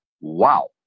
wow